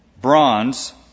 bronze